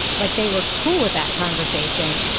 like they were cool with that conversation.